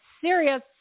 serious